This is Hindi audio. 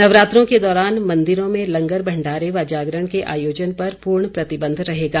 नवरात्रों के दौरान मंदिरों में लंगर भंडारे व जागरण के आयोजन पर पुर्ण प्रतिबंध रहेगा